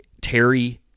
terry